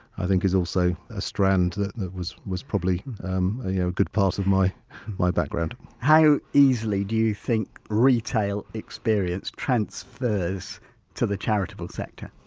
i think is also a strand that was was probably um a a good part of my my background how easily do you think retail experience transfers to the charitable sector?